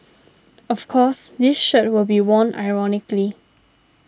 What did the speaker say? of course this shirt will be worn ironically